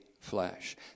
Flesh